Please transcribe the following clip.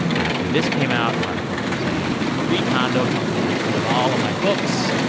after this came out, a lot of folks are saying, is marie kondo telling me to get rid of all of my books?